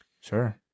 sure